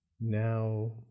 now